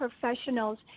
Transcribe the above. professionals